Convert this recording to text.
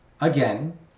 again